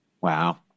Wow